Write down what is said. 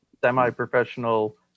semi-professional